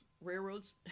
railroads